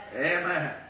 Amen